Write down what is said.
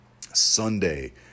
Sunday